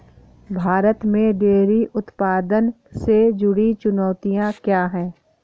भारत में डेयरी उत्पादन से जुड़ी चुनौतियां क्या हैं?